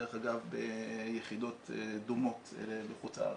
דרך אגב ביחידות דומות בחוץ לארץ,